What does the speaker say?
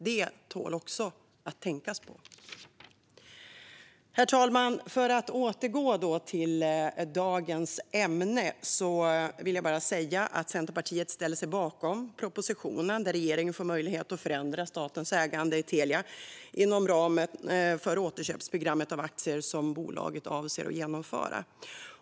Det tål också att tänkas på. Herr talman! För att återgå till dagens ämne vill jag säga att Centerpartiet ställer sig bakom propositionen, där regeringen får möjlighet att förändra statens ägande i Telia inom ramen för det återköpsprogram av aktier som bolaget avser att genomföra.